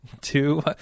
Two